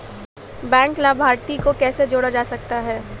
Bank लाभार्थी को कैसे जोड़ा जा सकता है?